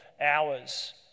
hours